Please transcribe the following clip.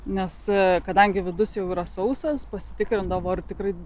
nes kadangi vidus jau yra sausas pasitikrindavau ar tikrai